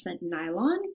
nylon